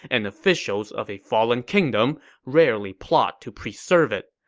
and officials of a fallen kingdom rarely plot to preserve it.